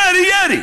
ירי, ירי.